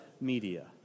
media